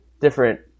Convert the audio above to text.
different